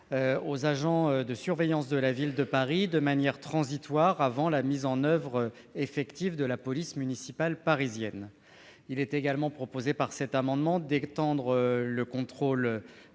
aux agents de surveillance de la Ville de Paris, de manière transitoire, avant la mise en oeuvre effective de la police municipale parisienne. Il est également proposé d'étendre le contrôle